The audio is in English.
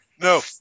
No